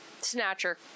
Snatcher